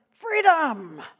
freedom